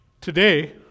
today